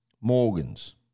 Morgans